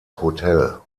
hotel